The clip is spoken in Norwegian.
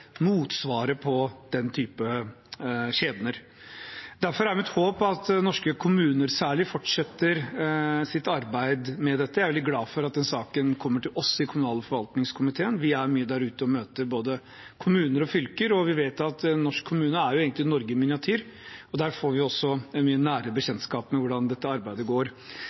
motsvaret til den typen skjebner. Derfor er mitt håp at særlig norske kommuner fortsetter sitt arbeid med dette. Jeg er veldig glad for at denne saken kommer til oss i kommunal- og forvaltningskomiteen. Vi er mye ute og møter både kommuner og fylker, og vi vet at en norsk kommune egentlig er Norge i miniatyr. Der får vi også mye nærmere kjennskap til hvordan dette arbeidet går.